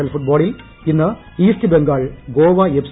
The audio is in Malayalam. എൽ ഫുട്ബോളിൽ ഇന്ന് ഈസ്റ്റ് ബംഗാൾ ഗോവ എഫ്